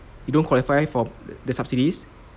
you don't qualify for the subsidies